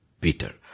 Peter